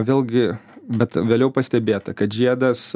vėlgi bet vėliau pastebėta kad žiedas